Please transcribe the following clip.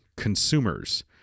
consumers